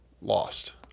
lost